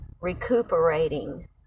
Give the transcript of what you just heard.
recuperating